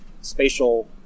spatial